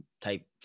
type